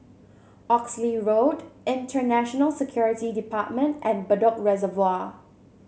Oxley Road Internal Security Department and Bedok Reservoir